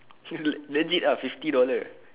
legit ah fifty dollars